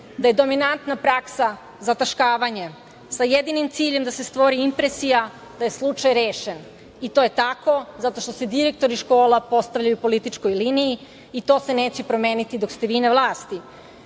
da je dominantna praksa zataškavanje sa jedinim ciljem da se stvori impresija da je slučaj rešen i to je tako zato što se direktori škola postavljaju po političkoj liniji i to se neće promeniti dok ste vi na vlasti. Nema